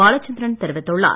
பாலச்சந்தரன் தெரிவித்துள்ளார்